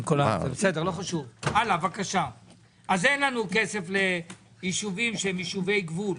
אז אין לנו כסף לישובי גבול,